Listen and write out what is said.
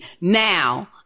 now